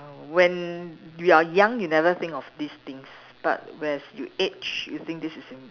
when you are young you never think of these things but as you age you think this is im~